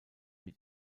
mit